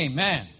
Amen